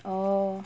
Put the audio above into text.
oh